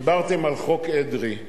דיברתם על חוק אדרי,